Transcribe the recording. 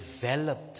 developed